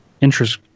interest